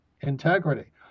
integrity